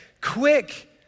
quick